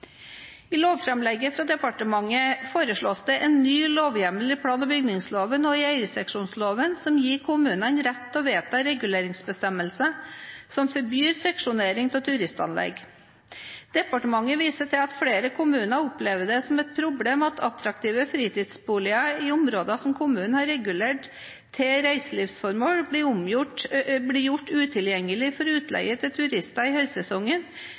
I lovframlegget fra departementet foreslås det en ny lovhjemmel i plan- og bygningsloven og i eierseksjonsloven som gir kommunene rett til å vedta reguleringsbestemmelser som forbyr seksjonering av turistanlegg. Departementet viser til at flere kommuner opplever det som et problem at attraktive fritidsboliger i områder som kommunene har regulert til reiselivsformål, blir gjort utilgjengelige for utleie til turister i høysesongen